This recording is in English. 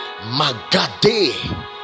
Magade